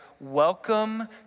welcome